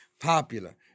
Popular